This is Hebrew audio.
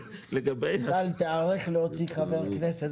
לגבי סוגיית האמירות, שעליה העיר חבר הכנסת